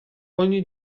ogni